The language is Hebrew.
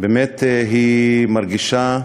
היא מרגישה,